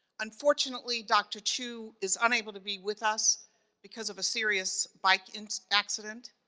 unfortunately, dr. chu is unable to be with us because of a serious bike and accident.